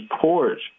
porch